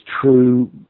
true